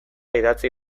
idatzi